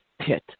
pit